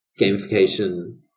gamification